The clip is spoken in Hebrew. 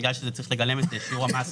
בגלל שזה צריך לגלם את שיעור המס